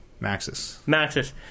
Maxis